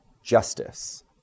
justice